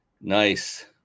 Nice